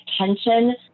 attention